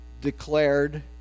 declared